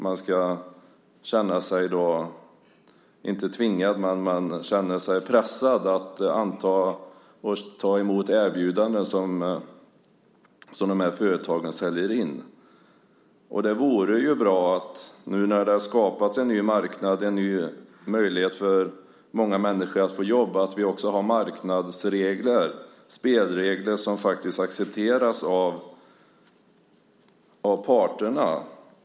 Man vill inte känna sig pressad att ta emot de erbjudanden som de här företagen säljer in. Nu när det har skapats en ny marknad, en ny möjlighet för många människor att få jobb, vore det bra om vi också hade marknadsregler och spelregler som faktiskt accepteras av parterna.